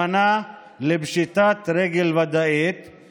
בשתי הדקות שנותרו לי.